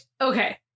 okay